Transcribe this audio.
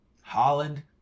Holland